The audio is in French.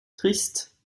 triste